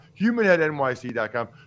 humanheadnyc.com